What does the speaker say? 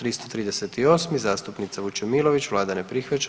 338. zastupnica Vučemilović, Vlada ne prihvaća.